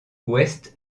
ouest